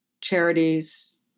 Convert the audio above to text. charities